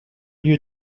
you